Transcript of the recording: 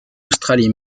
australie